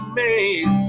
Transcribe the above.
made